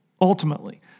ultimately